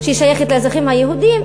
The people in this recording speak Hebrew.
ששייכת לאזרחים היהודים,